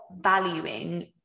valuing